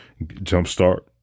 jumpstart